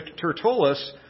Tertullus